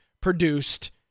produced